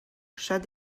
شاید